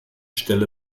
stelle